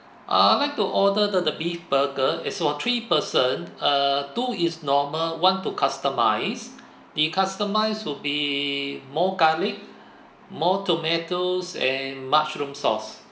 ah I'd like to order the the beef burger is for three person uh two is normal one to customise the customise would be more garlic more tomatoes and mushroom sauce